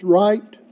right